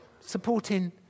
supporting